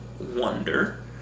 wonder